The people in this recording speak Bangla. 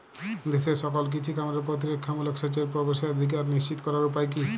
দেশের সকল কৃষি খামারে প্রতিরক্ষামূলক সেচের প্রবেশাধিকার নিশ্চিত করার উপায় কি?